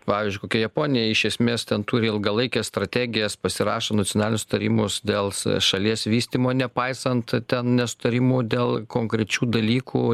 pavyzdžiui kokia japonija iš esmės ten turi ilgalaikes strategijas pasirašo nacionalinius sutarimus dėl šalies vystymo nepaisant ten nesutarimų dėl konkrečių dalykų